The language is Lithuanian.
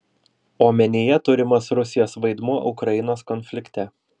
omenyje turimas rusijos vaidmuo ukrainos konflikte